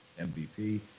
MVP